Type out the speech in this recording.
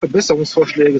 verbesserungsvorschläge